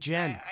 Jen